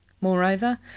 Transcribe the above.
Moreover